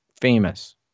famous